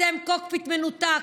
אתם קוקפיט מנותק,